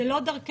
זה לא דרכנו.